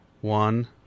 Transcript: One